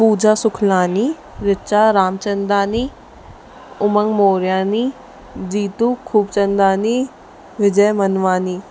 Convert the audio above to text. Pooja Sukhlani Richa Ramchandani Umang Moryani Jeetu Khubchandani Vijay Manwani